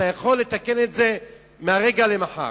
אתה יכול לתקן את זה מהרגע למחר.